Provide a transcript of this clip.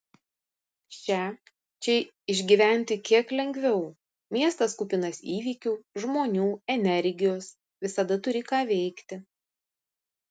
šią čia išgyventi kiek lengviau miestas kupinas įvykių žmonių energijos visada turi ką veikti